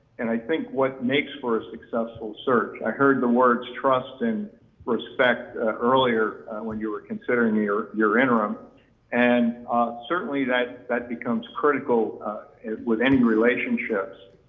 and i think what makes for a successful search. i heard the words trust and respect earlier when you were considering your your interim and certainly that that becomes critical with any relationships.